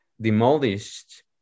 demolished